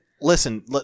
listen